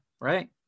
right